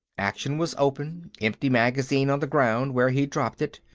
action was open, empty magazine on the ground where he'd dropped it.